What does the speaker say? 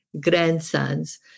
grandsons